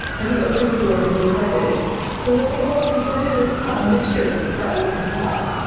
and the oaken floor had been carpeted so that the whole presented an odd mixture of parlour and hall.